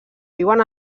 viuen